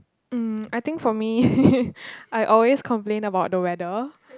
um I think for me I always complain about the weather